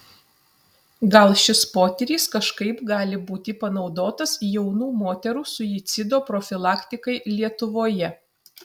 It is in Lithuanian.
gal šis potyris kažkaip gali būti panaudotas jaunų moterų suicido profilaktikai lietuvoje